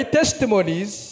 testimonies